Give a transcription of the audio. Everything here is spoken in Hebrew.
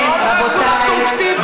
רבותיי,